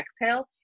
exhale